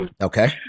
Okay